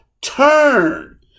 turn